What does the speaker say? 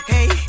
Hey